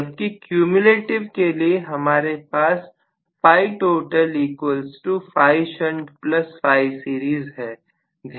जबकि क्यूम्यूलेटिव के लिए हमारे पास φ total φ shunt φ series है